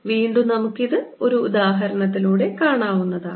വീണ്ടും നമുക്കിത് ഒരു ഉദാഹരണത്തിലൂടെ കാണാവുന്നതാണ്